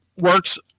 Works